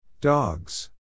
Dogs